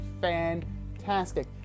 fantastic